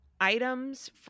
items